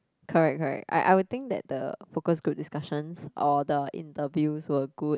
correct correct I I will think that the focus group discussions or the interviews were good